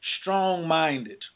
strong-minded